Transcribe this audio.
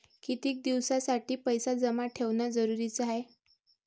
कितीक दिसासाठी पैसे जमा ठेवणं जरुरीच हाय?